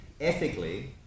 ethically